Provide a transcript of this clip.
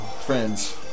Friends